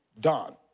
done